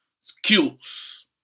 skills